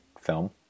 film